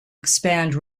expand